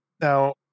Now